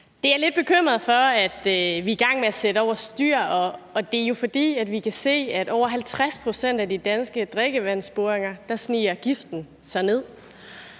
er jeg lidt bekymret for at vi er i gang med at sætte over styr, og det er jo, fordi vi kan se, at i over 50 pct. af de danske drikkevandsboringer sniger giften sig ned.